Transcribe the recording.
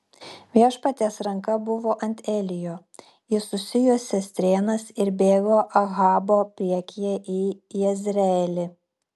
viešpaties ranka buvo ant elijo jis susijuosė strėnas ir bėgo ahabo priekyje į jezreelį